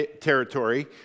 territory